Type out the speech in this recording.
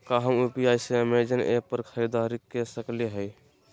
का हम यू.पी.आई से अमेजन ऐप पर खरीदारी के सकली हई?